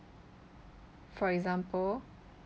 for example